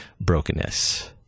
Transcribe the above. brokenness